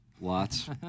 Lots